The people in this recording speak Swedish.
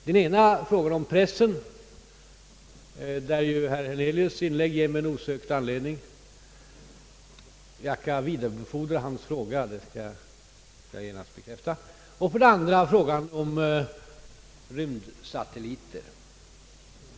Den ena är frågan om pressen, där ju herr Hernelius” inlägg ger mig en osökt anledning — jag skall gärna vidarebefordra hans fråga — att svara, och den andra är frågan om rymdsatelliter.